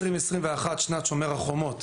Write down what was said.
ב-2021, שנת שומר החומות,